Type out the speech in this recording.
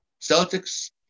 Celtics